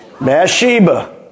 Bathsheba